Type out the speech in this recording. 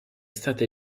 stata